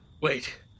Wait